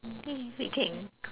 think we can